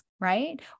right